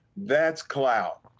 that's clout.